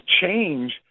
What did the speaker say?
change